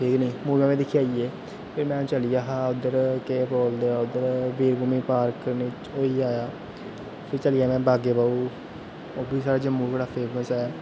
ठीक नी मूवी दिक्खियै आइये ते में चलिया हा उधर केह् बोलदे उधर वीर भूमि पार्क होइयै आया फिर चलिया में बागेबहु ओह् बी साढ़े जम्मू च बड़ा फेम्स ऐ